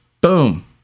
boom